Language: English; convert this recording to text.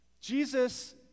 Jesus